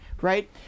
right